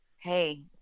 Hey